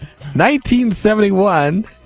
1971